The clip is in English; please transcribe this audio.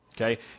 Okay